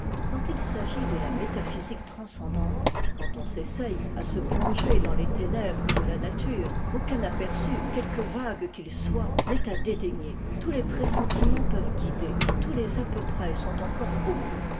quand il s'agit de la métaphysique transcendante quand on s'essaye à se plonger dans les ténèbres de la nature aucun aperçu quelque vague qu'il soit n'est à dédaigner tous les pressentiments peuvent guider tous les à peu près sont encore beaucoup